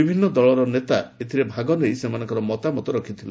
ବିଭିନ୍ନ ଦଳର ନେତା ଏଥିରେ ଭାଗ ନେଇ ସେମାନଙ୍କ ମତାମତ ରଖିଥିଲେ